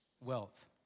wealth